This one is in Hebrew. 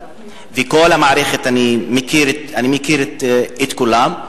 ואני מכיר את כל המערכת,